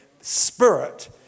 spirit